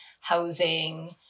housing